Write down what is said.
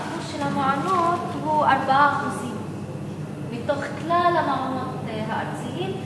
האחוז של המעונות הוא 4% מתוך כלל המעונות הארציים.